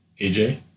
AJ